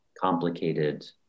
complicated